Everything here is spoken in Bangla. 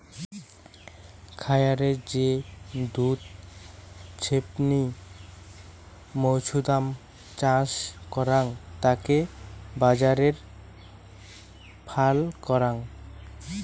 খায়ারে যে দুধ ছেপনি মৌছুদাম চাষ করাং তাকে বাজারে ফাল করাং